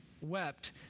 wept